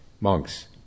monks